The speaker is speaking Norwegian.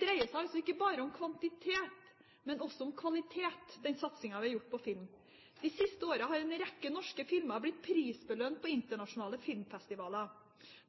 dreier seg ikke bare om kvantitet, men også kvalitet, den satsingen vi har gjort på film. De siste årene har en rekke norske filmer blitt prisbelønt på internasjonale filmfestivaler.